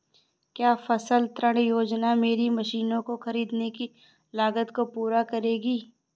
क्या फसल ऋण योजना मेरी मशीनों को ख़रीदने की लागत को पूरा करेगी?